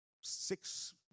six